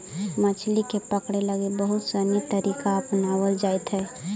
मछली के पकड़े लगी बहुत सनी तरीका अपनावल जाइत हइ